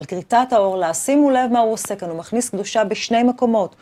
על כריתת העורלה, שימו לב מה הוא עושה כאן, הוא מכניס קדושה בשני מקומות.